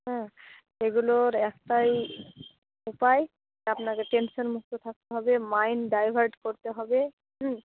হুম এগুলোর একটাই উপায় আপনাকে টেনশনমুক্ত থাকতে হবে মাইন্ড ডাইভার্ট করতে হবে হুম